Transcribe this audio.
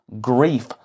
grief